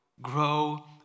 grow